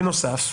בנוסף,